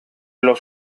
los